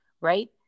right